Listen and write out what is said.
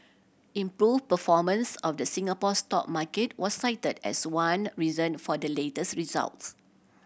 improve performance of the Singapore stock market was cited as one reason for the latest results